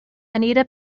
anita